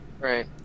right